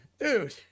Dude